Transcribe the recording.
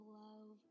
love